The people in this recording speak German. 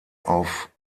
auf